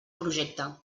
projecte